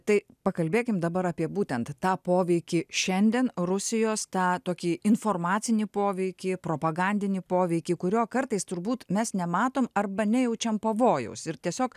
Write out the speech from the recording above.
tai pakalbėkim dabar apie būtent tą poveikį šiandien rusijos tą tokį informacinį poveikį propagandinį poveikį kurio kartais turbūt mes nematom arba nejaučiam pavojaus ir tiesiog